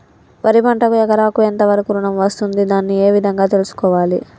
వరి పంటకు ఎకరాకు ఎంత వరకు ఋణం వస్తుంది దాన్ని ఏ విధంగా తెలుసుకోవాలి?